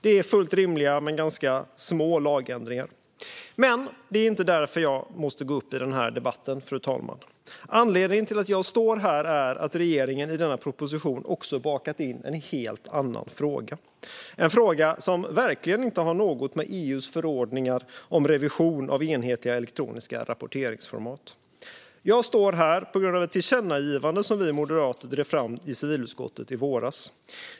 Det är fullt rimliga men ganska små lagändringar. Det är dock inte därför jag måste gå upp i den här debatten, fru talman. Anledningen till att jag står här är att regeringen i denna proposition också har bakat in en helt annan fråga, en fråga som verkligen inte har något med EU:s förordningar om revision av enhetliga elektroniska rapporteringsformat att göra. Jag står här på grund av det tillkännagivande som vi moderater drev fram i civilutskottet i våras.